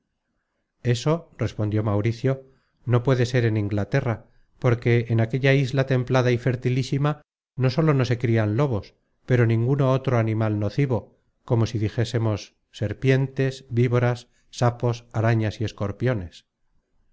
eso respondió mauricio no puede ser en inglaterra porque en aquella isla templada y fertilísima no sólo no se crian lobos pero ninguno otro animal nocivo como si dijésemos serpientes víboras sapos arañas y escorpiones